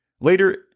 Later